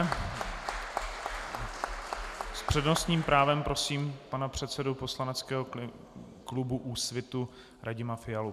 S přednostním právem prosím pana předsedu poslaneckého klubu Úsvit Radima Fialu.